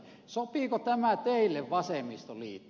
sopiiko tämä teille vasemmistoliitto